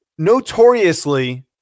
notoriously